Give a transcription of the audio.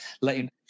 letting